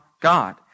God